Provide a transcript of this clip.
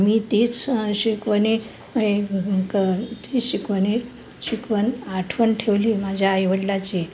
मी तीच शिकवणी मी क तीच शिकवणी शिकवण आठवण ठेवली माझ्या आईवडिलाची